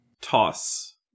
Toss